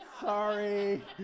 Sorry